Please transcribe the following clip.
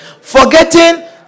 Forgetting